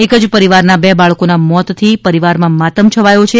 એક જ પરિવારના બે બાળકોના મોતથી પરિવારમાં માતમ છવાયો છે